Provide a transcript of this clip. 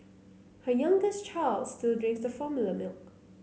her youngest child still drinks the formula milk